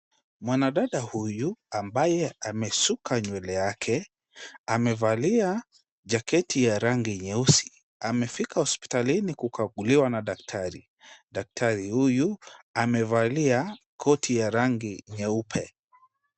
Mwanadada huyu ambaye amesuka nywele yake amevalia jaketi ya rangi nyeusi. Amefika hospitalini kukaguliwa na daktari. Daktari huyu amevalia koti ya rangi nyeupe.